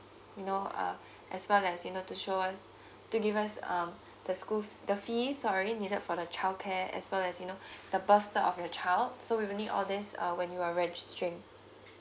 you know uh as well as you know to show us to give us um the school the fees sorry needed for the childcare as well as you know the birth cert of your child so we will need all this uh when you are registering